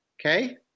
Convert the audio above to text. Okay